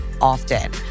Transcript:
often